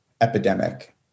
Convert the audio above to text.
epidemic